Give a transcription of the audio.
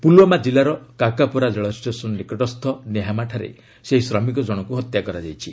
ପୁଲୱାମା ଜିଲ୍ଲାର କାକାପୋରା ରେଳଷ୍ଟେସନ୍ ନିକଟସ୍ଥ ନେହାମାଠାରେ ସେହି ଶ୍ରମିକ ଜଣଙ୍କ ହତ୍ୟା କରାଯାଇଛି